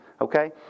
Okay